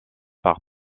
par